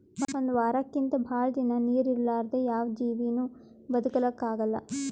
ಒಂದ್ ವಾರಕ್ಕಿಂತ್ ಭಾಳ್ ದಿನಾ ನೀರ್ ಇರಲಾರ್ದೆ ಯಾವ್ ಜೀವಿನೂ ಬದಕಲಕ್ಕ್ ಆಗಲ್ಲಾ